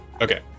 Okay